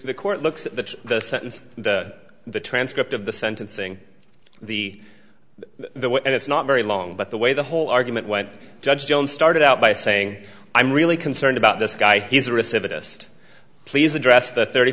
the court looks at that the sentence and the transcript of the sentencing the the what and it's not very long but the way the whole argument went judge jones started out by saying i'm really concerned about this guy he's a recidivist please address the thirty